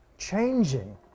Changing